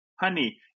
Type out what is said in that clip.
honey